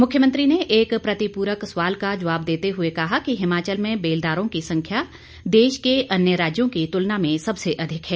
मुख्यमंत्री ने एक प्रतिप्रक सवाल का जवाब देते हुए कहा कि हिमाचल में बेलदारों की संख्या देश के अन्य राज्यों की तुलना में सबसे अधिक है